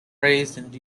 raised